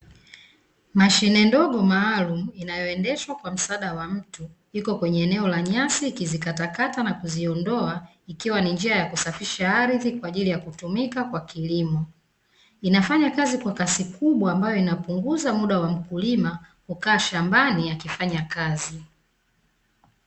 Mashine ndogo maalumu inayoendeshwa kwa msaada wa mtu, iko katika nyasi ikizikata na kuziondoa, ikiwa ni njia ya kusafisha ardhi na kutumika katika kilimo, inafanya kazi kwa kasi kubwa ambayo inapunguza muda wa mkulima kukaa shambani.